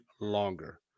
longer